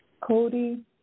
Cody